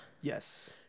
yes